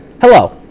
Hello